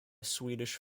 swedish